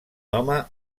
home